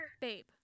Babe